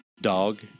Dog